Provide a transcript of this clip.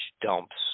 dumps